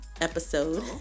episode